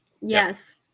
Yes